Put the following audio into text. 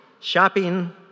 shopping